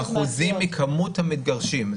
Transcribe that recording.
אחוזים מכמות המתגרשים.